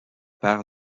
par